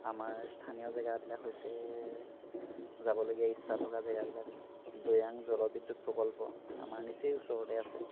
আমাৰ স্থানীয় জেগাবিলাক হৈছে যাবলগীয়া ইচ্ছা থকা জেগাবিলাক দৈয়াং জলবিদুৎ প্ৰকল্প আমাৰ নিচেই ওচৰতে আছে